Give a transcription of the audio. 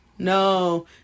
No